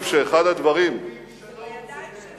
זה בידיים שלך.